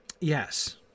Yes